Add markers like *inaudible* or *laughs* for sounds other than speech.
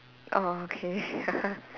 orh okay *laughs*